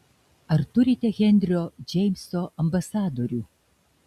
ar turite henrio džeimso ambasadorių